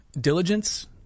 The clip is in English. diligence